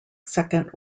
second